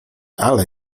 ale